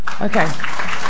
Okay